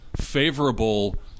favorable